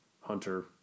Hunter